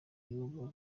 y’ubu